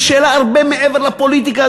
היא שאלה הרבה מעבר לפוליטיקה,